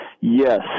Yes